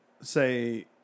Say